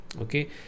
okay